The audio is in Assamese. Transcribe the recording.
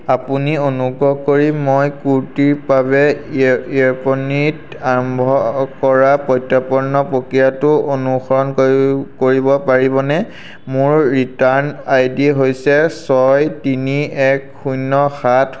আপুনি অনুগ্ৰহ কৰি মই কুৰ্তিৰ বাবে য়েপনিত আৰম্ভ কৰা প্ৰত্যৰ্পণ প্ৰক্ৰিয়াটো অনুসৰণ কৰিব পাৰিবনে মোৰ ৰিটাৰ্ণ আই ডি হৈছে ছয় তিনি এক শূন্য সাত